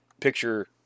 Picture